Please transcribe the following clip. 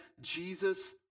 Jesus